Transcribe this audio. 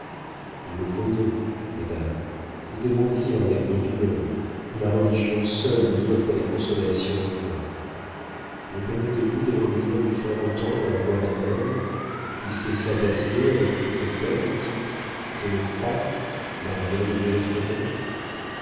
vous le voyez madame nous devons vivre avec nos douleurs et la religion seule nous offre des consolations vraies me permettrez-vous de revenir vous faire entendre la voix d'un homme qui sait sympathiser avec toutes les peines et qui je le crois n'a rien de bien effrayant